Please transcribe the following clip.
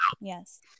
Yes